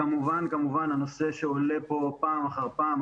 כמובן כמובן הנושא שעולה פה פעם אחר פעם,